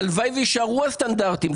הלוואי ויישארו הסטנדרטים,